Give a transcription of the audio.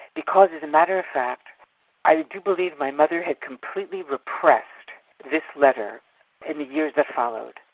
because as a matter of fact i do believe my mother had completely repressed this letter in the years that followed.